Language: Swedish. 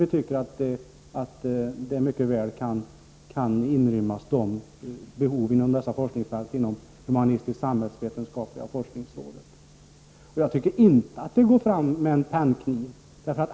Vi anser att behoven av denna forskning mycket väl kan inrymmas inom humanistisk-samhällsvetenskapliga forskningsrådet. Jag tycker inte man går fram med pennkniv.